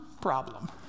problem